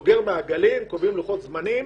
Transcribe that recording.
אני סוגר מעגלים וקובע לוחות זמנים.